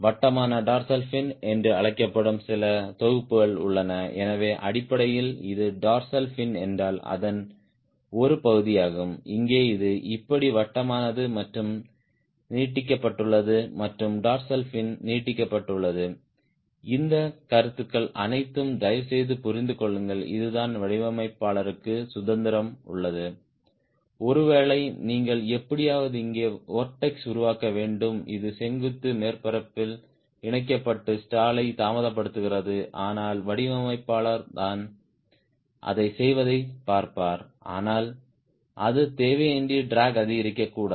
வட்டமான dorsal fin என்று அழைக்கப்படும் சில தொகுப்புகள் உள்ளன எனவே அடிப்படையில் இது டார்சல் ஃபின் என்றால் அதன் ஒரு பகுதியாகும் இங்கே இது இப்படி வட்டமானது மற்றும் நீட்டிக்கப்பட்டுள்ளது மற்றும் டார்சல் ஃபின் நீட்டிக்கப்பட்டுள்ளது இந்த கருத்துக்கள் அனைத்தும் தயவுசெய்து புரிந்து கொள்ளுங்கள் இதுதான் வடிவமைப்பாளருக்கு சுதந்திரம் உள்ளது ஒரு வேளை நீங்கள் எப்படியாவது இங்கே வொர்ட்ஸ் உருவாக்க வேண்டும் இது செங்குத்து மேற்பரப்பில் இணைக்கப்பட்டு ஸ்டாலை தாமதப்படுத்துகிறது ஆனால் வடிவமைப்பாளர் நான் அதைச் செய்வதைப் பார்ப்பார் ஆனால் அது தேவையின்றி ட்ராக் அதிகரிக்கக்கூடாது